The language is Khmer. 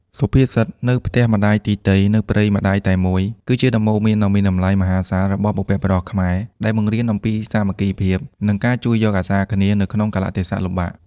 សុភាសិត «នៅផ្ទះម្ដាយទីទៃ នៅព្រៃម្ដាយតែមួយ» គឺជាដំបូន្មានដ៏មានតម្លៃមហាសាលរបស់បុព្វបុរសខ្មែរ ដែលបង្រៀនអំពីសាមគ្គីភាព និងការជួយយកអាសាគ្នានៅក្នុងកាលៈទេសៈលំបាក។